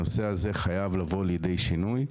הנושא הזה חייב לבוא לידי שינוי,